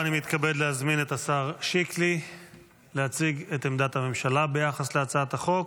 ואני מתכבד להזמין את השר שיקלי להציג את עמדת הממשלה ביחס להצעת החוק.